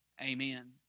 Amen